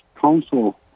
council